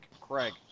craig